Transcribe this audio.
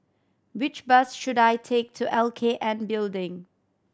which bus should I take to L K N Building